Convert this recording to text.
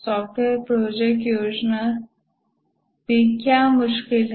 software project योजना क्या मुश्किल है